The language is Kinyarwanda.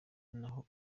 naho